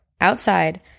Outside